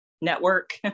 network